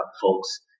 folks